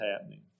happening